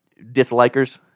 dislikers